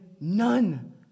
none